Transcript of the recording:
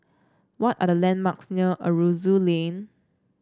what are the landmarks near Aroozoo Lane